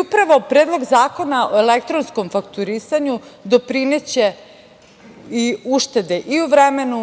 Upravo Predlog zakona o elektronskom fakturisanju doprineće uštede u vremenu,